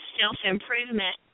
self-improvement